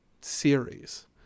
series